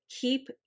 keep